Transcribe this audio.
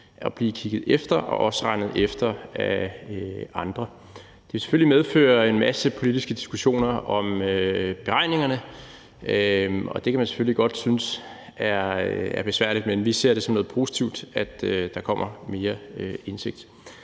at blive kigget efter og også at blive regnet efter af andre. Det vil selvfølgelig medføre en masse politiske diskussioner om beregningerne, og det kan man selvfølgelig godt synes er besværligt, men vi ser det som noget positivt, at der kommer mere indsigt.